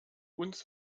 uns